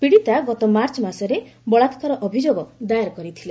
ପୀଡ଼ିତା ଗତ ମାର୍ଚ୍ଚ ମାସରେ ବଳାକାର ଅଭିଯୋଗ ଦାଏର କରିଥିଲେ